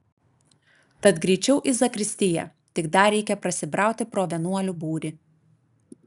tad greičiau į zakristiją tik dar reikia prasibrauti pro vienuolių būrį